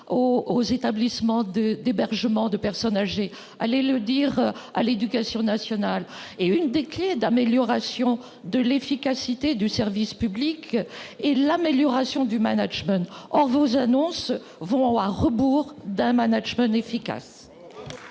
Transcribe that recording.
aux établissements de, des berges morts, de personnes âgées, allez le dire à l'éducation nationale est une des clés d'amélioration de l'efficacité du service public et l'amélioration du management, on vous annonce vont à rebours d'un management efficace.